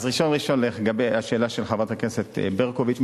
אז ראשון-ראשון לגבי השאלה של חברת הכנסת ברקוביץ,